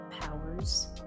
powers